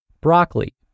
broccoli